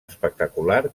espectacular